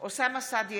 אוסאמה סעדי,